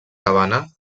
cabana